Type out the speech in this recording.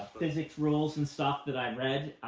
physics rules and stuff that i read,